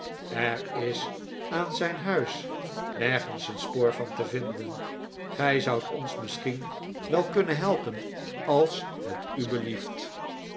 er is aan zijn huis nergens een spoor van te vinden gij zoudt ons misschien wel kunnen helpen als het u belief